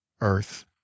earth